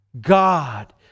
God